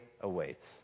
awaits